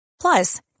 Plus